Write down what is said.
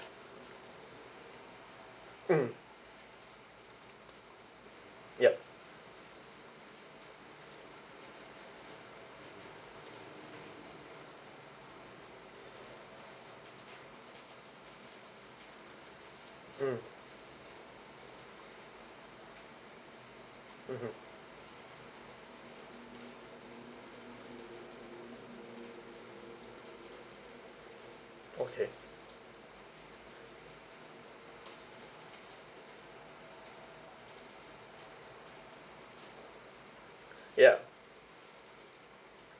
mmhmm yup mm mmhmm okay ya